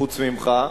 חוץ ממך,